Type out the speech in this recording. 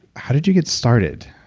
how did you get started,